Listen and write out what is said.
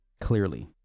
Clearly